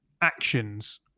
actions